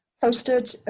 posted